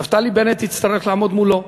נפתלי בנט יצטרך לעמוד מולו בנושאים,